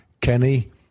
Kenny